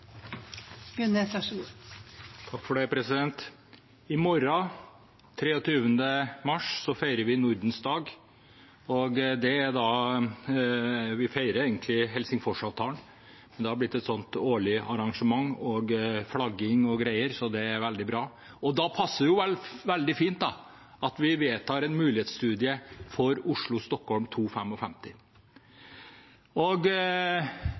I morgen, 23. mars, feirer vi Nordens dag. Vi feirer egentlig Helsingforsavtalen. Det har blitt et årlig arrangement med flagging og greier. Det er veldig bra. Da passer det veldig fint at vi vedtar en mulighetsstudie for Oslo–Stockholm 2.55. Jeg må si at Sverre Myrli hadde meget gode argumenter og